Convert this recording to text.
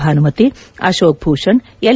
Bhanumati Ashok Bhushan L